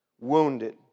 Wounded